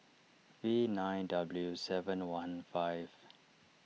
V nine W seven one five